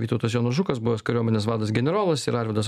vytautas jonas žukas buvęs kariuomenės vadas generolas ir arvydas